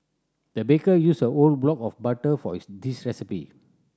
the baker used a whole block of butter for his this recipe